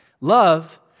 Love